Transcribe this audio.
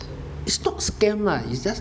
it's not scam lah it's just